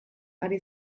ari